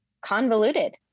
convoluted